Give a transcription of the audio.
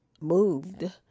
moved